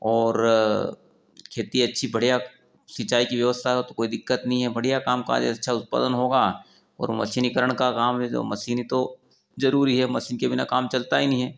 और खेती अच्छी बढ़िया सिंचाई की व्यवस्था हो तो कोई दिक्कत नई है बढ़िया काम काज अच्छा उत्पादन होगा और मशीनीकरण का काम ही तो मसीनें तो जरूरी है मसीन के बिना काम चलता ही नहीं है